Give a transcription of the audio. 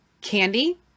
candy